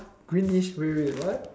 greenish wait wait wait what